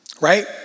right